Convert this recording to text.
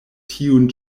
tiun